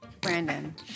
Brandon